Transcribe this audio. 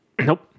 Nope